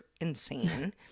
insane